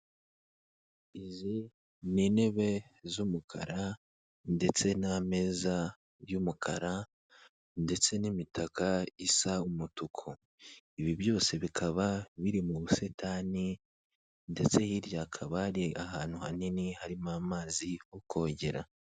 Izi ni intebe z'umukara ndetse n'ameza y'umukara, ndetse n'imitaka isa umutuku, ibi byose bikaba biri mu busitani, ndetse hirya hakaba ari ahantu hanini harimo amazi ho kogera.